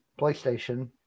PlayStation